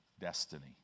destiny